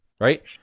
right